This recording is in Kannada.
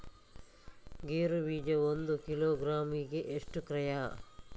ಗೇರು ಬೀಜ ಒಂದು ಕಿಲೋಗ್ರಾಂ ಗೆ ಎಷ್ಟು ಕ್ರಯ?